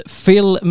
Phil